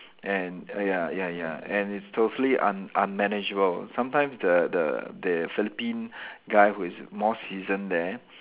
and ya ya ya and it's totally un~ unmanageable sometimes the the the Philippine guy who is more seasoned there